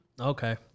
Okay